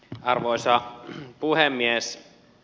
arvoisa puhemies